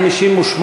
58,